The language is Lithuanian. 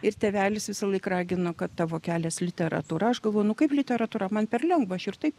ir tėvelis visąlaik ragino kad tavo kelias literatūra aš galvoju nu kaip literatūra man per lengva aš ir taip